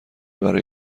برای